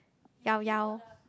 Llao Llao